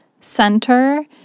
center